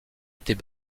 était